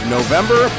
November